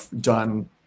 done